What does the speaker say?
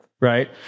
right